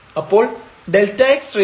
അപ്പോൾ Δx 13 A